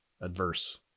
adverse